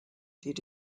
did